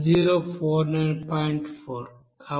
4